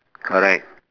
correct